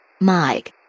Mike